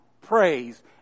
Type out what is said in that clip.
praise